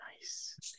Nice